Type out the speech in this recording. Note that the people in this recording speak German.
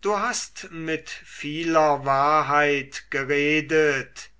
du hast mit vieler weisheit geredet